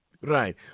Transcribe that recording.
Right